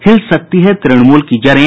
हिल सकती है तृणमूल की जड़ें